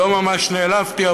לא ממש נעלבתי.